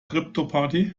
kryptoparty